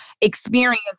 experience